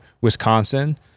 Wisconsin